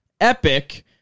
Epic